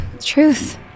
Truth